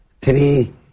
three